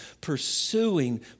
pursuing